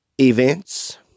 events